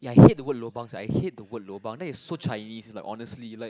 ya I hate the word lobang sia I hate the word lobang that is so Chinese like honestly like